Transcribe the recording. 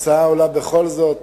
ההצעה עולה בכל זאת